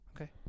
Okay